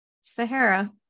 Sahara